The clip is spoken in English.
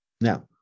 Now